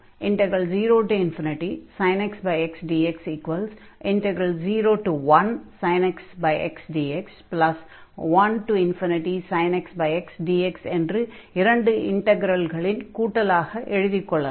0sin x xdx01sin x xdx 1sin x xdx என்று இரண்டு இன்டக்ரலின் கூட்டலாக எழுதிக் கொள்ளலாம்